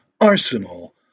Arsenal